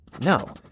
no